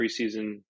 preseason